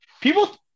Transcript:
People